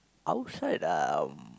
outside um